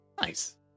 Nice